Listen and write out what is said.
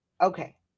Okay